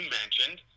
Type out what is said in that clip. mentioned